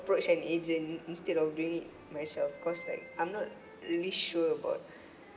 approach an agent instead of doing it myself cause like I'm not really sure about